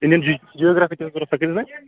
Indian جِی geography چھِ ضروٗرت سۅ کٍتِس بَنہِ